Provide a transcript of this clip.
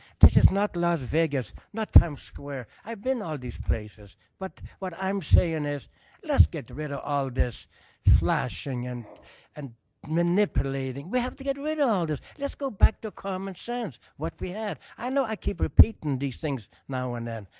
is not las vegas. not times square. i've been all these places. but what i'm saying is let's get rid of all this flashing and and manipulating. we have to get rid of all this. let's go back to common sense, what we had. i know i keep repeating these things now and then.